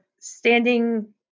standing